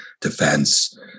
defense